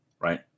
right